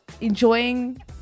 enjoying